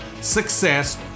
success